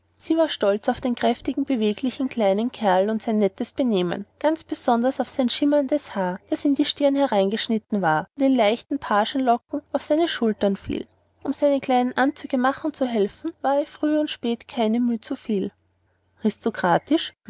sie war stolz auf den kräftigen beweglichen kleinen kerl und sein nettes benehmen ganz besonders aber auf sein schimmerndes haar das in die stirn hereingeschnitten war und in leichten pagenlocken auf seine schulter fiel um seine kleinen anzüge machen zu helfen war ihr früh und spät keine mühe zu viel